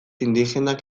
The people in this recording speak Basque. indigenak